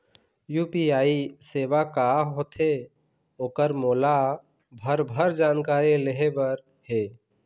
UPI सेवा का होथे ओकर मोला भरभर जानकारी लेहे बर हे?